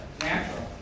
natural